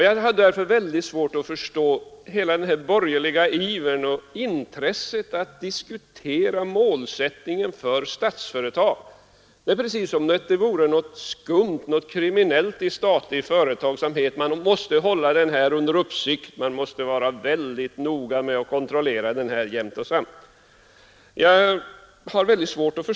Jag har svårt att förstå den borgerliga ivern och intresset att diskutera målsättningen för Statsföretag. Det är precis som om det vore något skumt, något kriminellt med statlig företagsamhet — man måste hålla den under uppsikt, man måste vara väldigt noga med att kontrollera den jämt och samt.